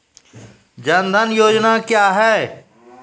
जन धन योजना क्या है?